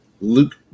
Luke